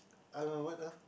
I don't know what ah